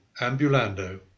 ambulando